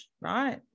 right